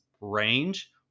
range